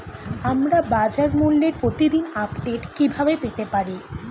আমরা বাজারমূল্যের প্রতিদিন আপডেট কিভাবে পেতে পারি?